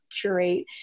curate